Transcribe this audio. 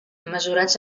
mesurats